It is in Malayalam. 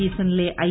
ഈ സീസണിലെ ഐ